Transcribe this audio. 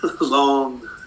Long